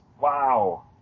Wow